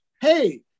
Hey